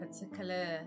particular